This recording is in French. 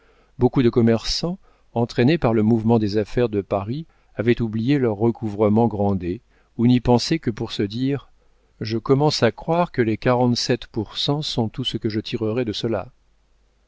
beaucoup de commerçants entraînés par le mouvement des affaires de paris avaient oublié leurs recouvrements grandet ou n'y pensaient que pour se dire je commence à croire que les quarante-sept pour cent sont tout ce que je tirerai de cela